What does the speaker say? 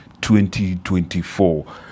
2024